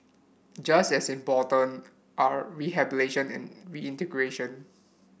just as important are rehabilitation and reintegration